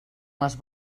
les